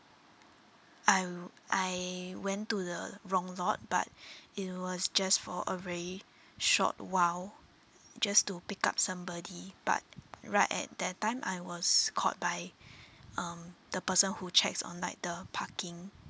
I I went to the wrong lot but it was just for a very short while just to pick up somebody but right at that time I was caught by um the person who checks on like the parking